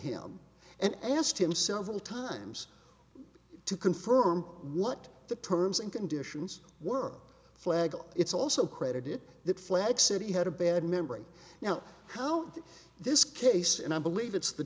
him and asked him several times to confirm what the terms and conditions were flag it's also credited that flag city had a bad memory now how did this case and i believe it's the